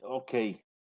Okay